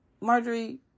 Marjorie